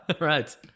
Right